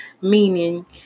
meaning